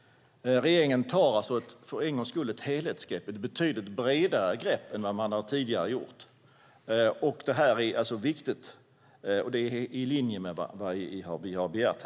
Regeringen tar alltså för en gångs skull ett helhetsgrepp och ett betydligt bredare grepp än vad man tidigare gjort. Det är viktigt och i linje med vad riksdagen har begärt.